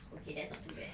okay that's not too bad